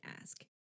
ask